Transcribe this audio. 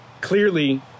clearly